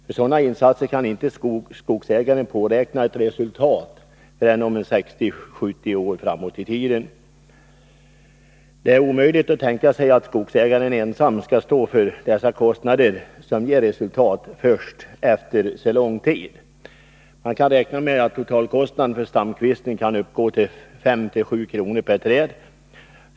För sådana insatser kan inte — som beredskapsarskogsägaren påräkna ett resultat förrän 60-70 år framåt i tiden. Det är bete omöjligt att tänka sig att skogsägaren ensam skall stå för dessa kostnader, som ger resultat först efter så lång tid. Man kan räkna med att totalkostnaden för stamkvistning uppgår till 5-7 kr. per träd.